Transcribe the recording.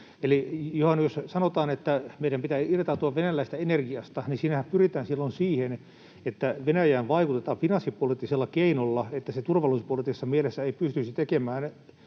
Eli jos sanotaan, että meidän pitää irtautua venäläisestä energiasta, niin siinähän pyritään silloin siihen, että Venäjään vaikutetaan finanssipoliittisella keinolla, että se turvallisuuspoliittisessa mielessä ei pystyisi tekemään